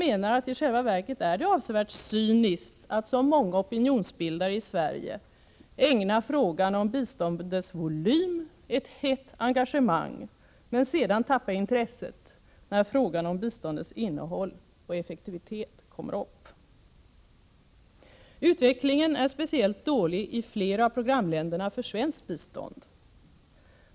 I själva verket är det avsevärt cyniskt att som många opinionsbildare i Sverige gör ägna frågan om biståndets volym ett hett engagemang men sedan tappa intresset, när frågan om biståndets innehåll och effektivitet kommer upp. Utvecklingen är speciellt dålig i flera av programländerna för svenskt bistånd.